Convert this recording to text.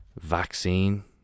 vaccine